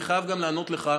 אני חייב לענות לך,